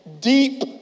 deep